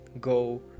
go